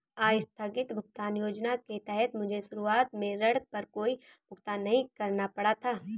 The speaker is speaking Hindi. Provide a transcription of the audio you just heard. आस्थगित भुगतान योजना के तहत मुझे शुरुआत में ऋण पर कोई भुगतान नहीं करना पड़ा था